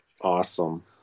Awesome